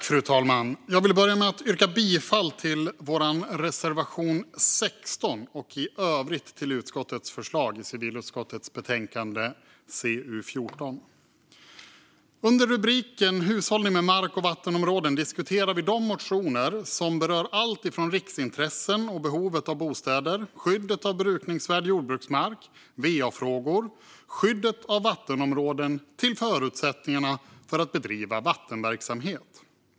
Fru talman! Jag vill börja med att yrka bifall till vår reservation 16 och till utskottets förslag i civilutskottets betänkande CU14 i övrigt. Under rubriken Hushållningen med mark och vattenområden diskuterar vi de motioner som berör allt från riksintressen, behovet av bostäder, skyddet av brukningsvärd jordbruksmark, va-frågor och skyddet av vattenområden till förutsättningarna för att bedriva vattenverksamhet.